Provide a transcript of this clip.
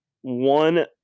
one